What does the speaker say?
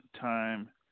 time